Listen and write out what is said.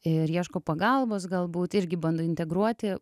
ir ieško pagalbos galbūt irgi bando integruoti